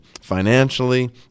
financially